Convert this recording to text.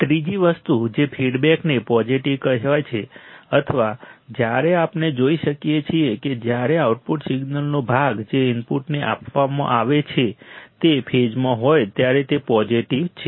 ત્રીજી વસ્તુ જે ફીડબેકને પોઝિટિવ કહેવાય છે અથવા જ્યારે આપણે જોઈ શકીએ છીએ કે જ્યારે આઉટપુટ સિગ્નલનો ભાગ જે ઇનપુટને આપવામાં આવે છે તે ફેઝમાં હોય ત્યારે તે પોઝિટિવ છે